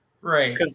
Right